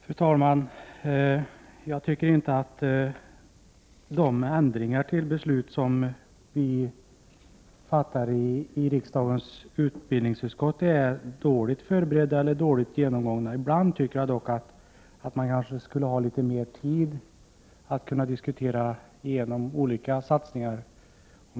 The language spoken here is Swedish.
Fru talman! Jag tycker inte att de beslut om ändringar som vi fattar i riksdagens utbildningsutskott är dåligt förberedda eller dåligt genomgångna. Ibland skulle man dock behöva litet mer tid för att diskutera igenom olika satsningar.